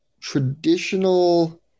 traditional